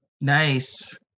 Nice